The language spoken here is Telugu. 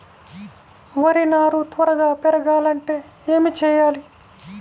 వరి నారు త్వరగా పెరగాలంటే ఏమి చెయ్యాలి?